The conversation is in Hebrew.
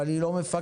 אבל היא לא מפקחת